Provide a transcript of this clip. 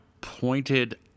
pointed